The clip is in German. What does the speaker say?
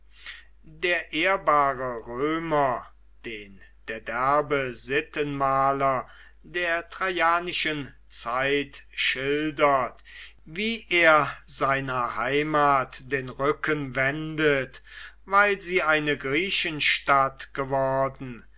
der ehrbare römer den der derbe sittenmaler der traianischen zeit schildert wie er seiner heimat den rücken wendet weil sie eine griechenstadt geworden